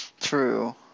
True